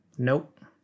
Nope